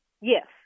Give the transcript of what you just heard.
Yes